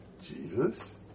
Jesus